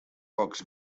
pocs